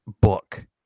book